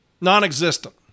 Non-existent